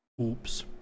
oops